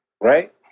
right